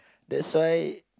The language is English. that's why